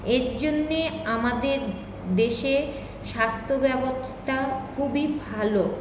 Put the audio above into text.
এর জন্যে আমাদের দেশে স্বাস্থ্যব্যবস্থা খুবই ভালো